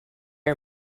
are